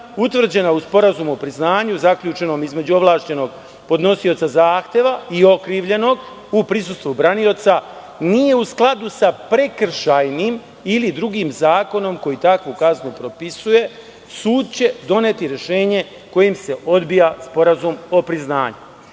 utvrđena u sporazumu o priznanju zaključenom između ovlašćenog podnosioca zahteva i okrivljenog u prisustvu branioca, nije u skladu sa prekršajnim ili drugim zakonom koji takvu kaznu propisuje, sud će doneti rešenje kojim se odbija sporazum o priznanju.